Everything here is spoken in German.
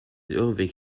irrweg